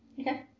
Okay